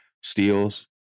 Steals